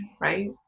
right